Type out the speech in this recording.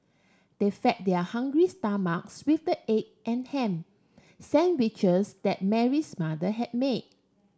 they fed their hungry stomachs with the egg and ham sandwiches that Mary's mother had made